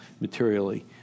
materially